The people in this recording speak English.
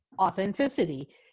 authenticity